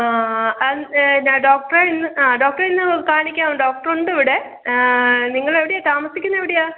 ആ ഞാൻ ഡോക്ടർ ഇന്ന് ഡോക്ടറെ ഇന്ന് കാണിക്കാം ഡോക്ടർ ഉണ്ട് ഇവിടെ നിങ്ങൾ എവിടെയാണ് താമസിക്കുന്നത് എവിടെയാണ്